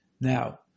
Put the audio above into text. Now